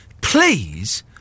please